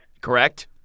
correct